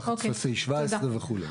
תחת טופסי 17 וכולי.